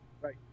right